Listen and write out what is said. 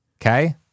Okay